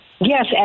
Yes